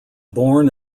born